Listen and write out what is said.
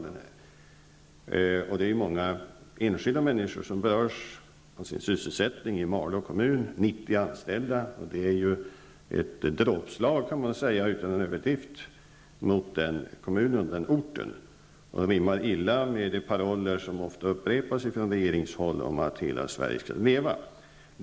Det rör många enskilda människors sysselsättning, och i Malå kommun handlar det om 90 anställda. Man kan utan överdrift säga att det är ett dråpslag mot den orten. Det rimmar illa med de paroller som ofta upprepas från regeringshåll om att hela Sverige skall leva.